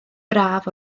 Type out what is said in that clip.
braf